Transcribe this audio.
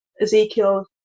Ezekiel